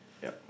yup